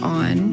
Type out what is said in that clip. on